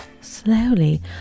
slowly